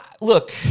look